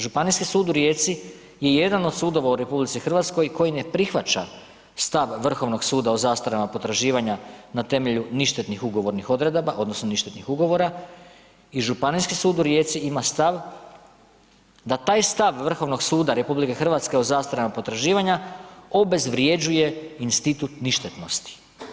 ŽS u Rijeci je jedan od sudova u RH koji ne prihvaća stav Vrhovnog suda o zastarama potraživanja na temelju ništetnih ugovornih odredaba, odnosno ništetnih ugovora i ŽS u Rijeci ima stav da taj stav Vrhovnog suda RH o zastarama potraživanja obezvrjeđuje institut ništetnosti.